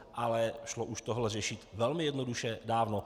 Ale šlo už toto řešit velmi jednoduše, dávno.